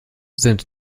sind